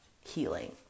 healing